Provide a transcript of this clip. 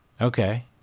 Okay